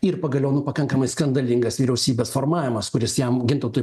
ir pagaliau nu pakankamai skandalingas vyriausybės formavimas kuris jam gintautui